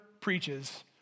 preaches